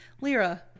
Lyra